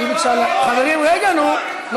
חברים, רגע, נו.